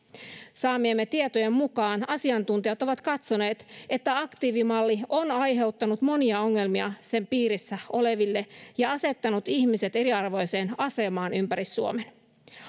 saamiemme tietojen mukaan asiantuntijat ovat katsoneet että aktiivimalli on aiheuttanut monia ongelmia sen piirissä oleville ja asettanut ihmiset eriarvoiseen asemaan ympäri suomen